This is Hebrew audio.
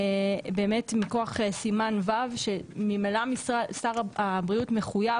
מכוח סימן ו' ממילא שר הבריאות מחויב